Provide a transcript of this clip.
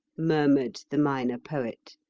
murmured the minor poet.